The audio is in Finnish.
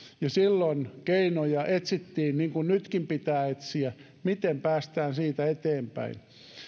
ja silloin keinoja etsittiin niin kuin nytkin pitää etsiä miten päästään siitä eteenpäin